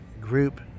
group